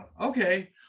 Okay